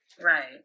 Right